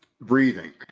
breathing